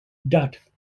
dutt